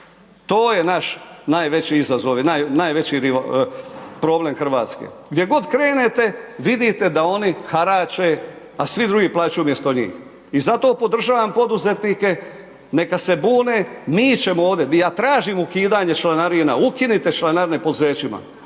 to je naš najveći izazov i najveći problem RH, gdje god krenete vidite da oni harače, a svi drugi plaćaju umjesto njih i zato podržavam poduzetnike, neka se bune, mi ćemo ovdje, ja tražim ukidanje članarina, ukinite članarine poduzećima,